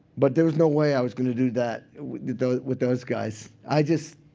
but there was no way i was going to do that with those with those guys. i just,